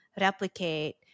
replicate